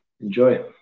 Enjoy